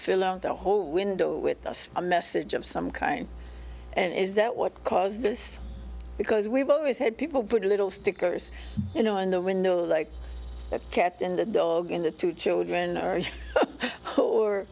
fill up the whole window with a message of some kind and is that what caused this because we've always had people put little stickers you know on the windows like a cat and a dog and the two children or